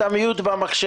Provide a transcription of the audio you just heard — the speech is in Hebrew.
אם אתה יכול לתת לי להציע,